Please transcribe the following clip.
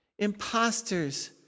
Imposters